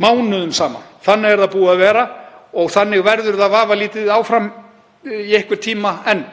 mánuðum saman. Þannig er það búið að vera og þannig verður það vafalítið áfram í einhvern tíma enn.